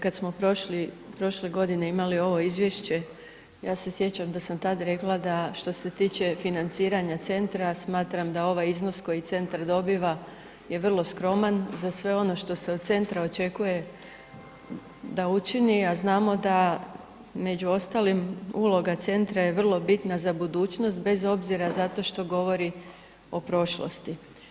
Kad smo prošle godine imali ovo izvješće, ja se sjećam da sam tad rekla da što se tiče financiranja centra, smatram da ovaj iznos koji centar dobiva je vrlo skroman za sve ono što se od centra očekuje da učini a znamo da među ostalim uloga centra vrlo bitna za budućnost bez obzora zato što govori o prošlosti.